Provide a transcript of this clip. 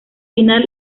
final